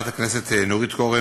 הם נמצאים בבית-ספר רגיל,